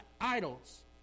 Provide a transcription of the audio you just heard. idols